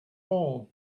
all